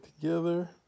together